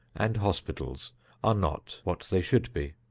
and hospitals are not what they should be,